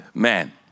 Man